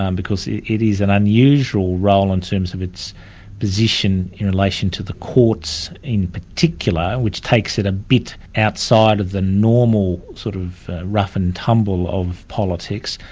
um because it is an unusual role in terms of its position in relation to the courts in particular, which takes it a bit outside of the normal sort of rough and tumble of politics.